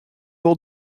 wol